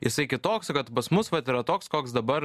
jisai kitoks kad pas mus vat yra toks koks dabar